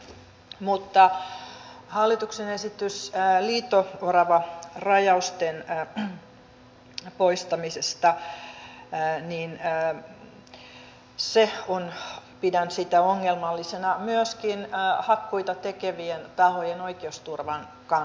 mutta hallituksen esitystä liito oravarajausten poistamisesta pidän ongelmallisena myöskin hakkuita tekevien tahojen oikeusturvan kannalta